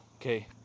okay